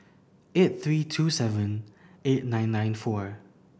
eight three two seven eight nine nine four